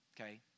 Okay